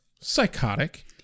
psychotic